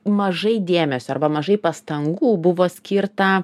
mažai dėmesio arba mažai pastangų buvo skirta